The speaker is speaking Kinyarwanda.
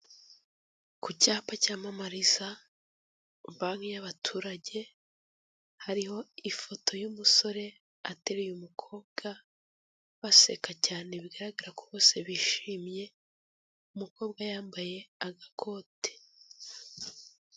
Ku cyapa cyamamariza banki y'abaturage. Hariho ifoto y'umusore ateruye umukobwa baseka cyane bigaragara ko bose bishimye, umukobwa yambaye agakote.